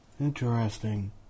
Interesting